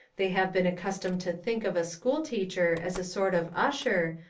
they have been accustomed to think of a school teacher as a sort of usher,